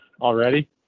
Already